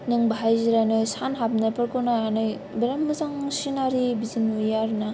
नों बाहाय जिरायनो सान हाबनायफोरखौ नायनानै बिरात मोजां सिनारि बिदि नुयो आरो ना